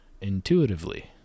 intuitively